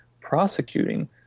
prosecuting